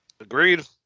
Agreed